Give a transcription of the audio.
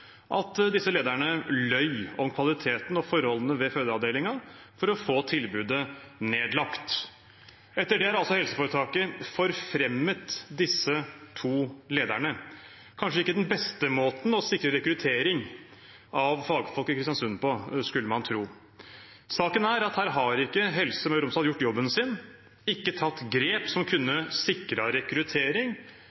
at disse lederne løy om kvaliteten og forholdene ved fødeavdelingen for å få tilbudet nedlagt. Etter det har altså helseforetaket forfremmet disse to lederne – kanskje ikke den beste måten å sikre rekruttering av fagfolk i Kristiansund på, skulle man tro. Saken er at her har Helse Møre og Romsdal ikke gjort jobben sin. De har ikke tatt grep som kunne